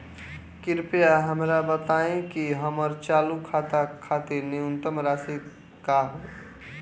कृपया हमरा बताइं कि हमर चालू खाता खातिर न्यूनतम शेष राशि का ह